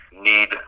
need